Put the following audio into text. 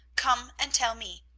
come and tell me.